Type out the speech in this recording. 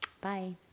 Bye